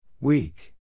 Weak